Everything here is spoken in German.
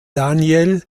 daniel